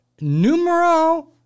numero